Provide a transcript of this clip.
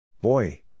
Boy